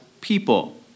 people